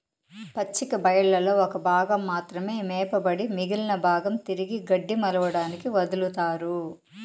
పచ్చిక బయళ్లలో ఒక భాగం మాత్రమే మేపబడి మిగిలిన భాగం తిరిగి గడ్డి మొలవడానికి వదులుతారు